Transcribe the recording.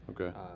Okay